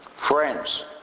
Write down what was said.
Friends